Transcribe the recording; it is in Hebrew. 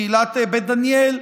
קהילת בית דניאל,